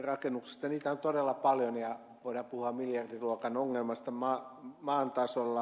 niitä on todella paljon ja voidaan puhua miljardiluokan ongelmasta maan tasolla